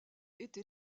été